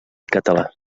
català